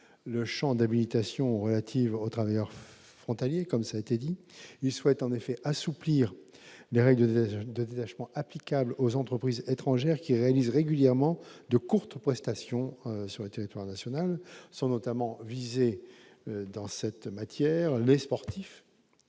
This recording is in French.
le champ d'habilitation relatif aux travailleurs frontaliers. Il désire en effet assouplir les règles de détachement applicables aux entreprises étrangères qui réalisent régulièrement de courtes prestations sur le territoire national. Sont notamment visés les sportifs,